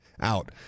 out